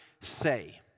say